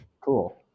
Cool